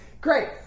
Great